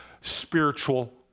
spiritual